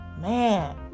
man